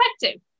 perspective